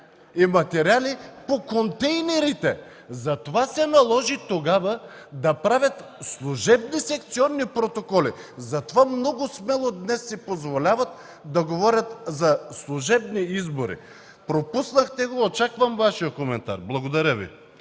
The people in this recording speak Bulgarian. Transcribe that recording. и материали по контейнерите. Затова тогава се наложи да правят служебни секционни протоколи. Затова много смело днес си позволяват да говорят за служебни избори. Пропуснахте го. Очаквам Вашия коментар. Благодаря Ви.